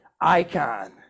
icon